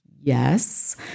yes